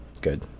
Good